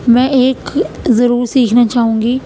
میں ایک ضرور سیکھنا چاہوں گی